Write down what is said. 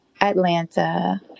Atlanta